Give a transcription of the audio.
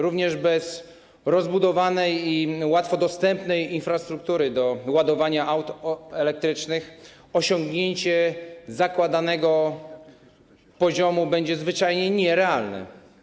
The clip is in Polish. Również bez rozbudowanej i łatwo dostępnej infrastruktury do ładowania aut elektrycznych osiągnięcie zakładanego poziomu będzie zwyczajnie nierealne.